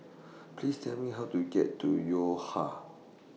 Please Tell Me How to get to Yo Ha